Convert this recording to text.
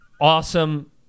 awesome